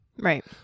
Right